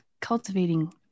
cultivating